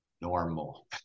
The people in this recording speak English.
normal